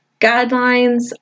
guidelines